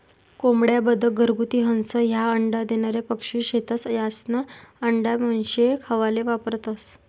कोंबड्या, बदक, घरगुती हंस, ह्या अंडा देनारा पक्शी शेतस, यास्ना आंडा मानशे खावाले वापरतंस